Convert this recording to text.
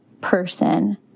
person